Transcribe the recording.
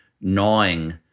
gnawing